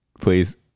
Please